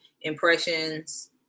impressions